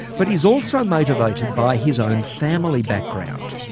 but he's also motivated by his own family background,